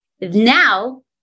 now